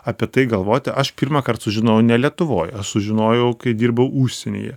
apie tai galvoti aš pirmąkart sužinojau ne lietuvoj aš sužinojau kai dirbau užsienyje